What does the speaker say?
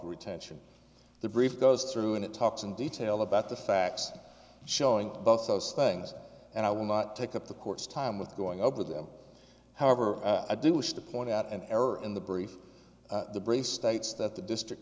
retention the brief goes through and it talks in detail about the facts showing both those things and i will not take up the court's time with going over them however i do wish to point out an error in the brief to bring states that the district